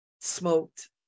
smoked